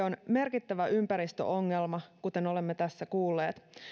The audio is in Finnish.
on merkittävä ympäristöongelma kuten olemme tässä kuulleet